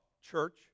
church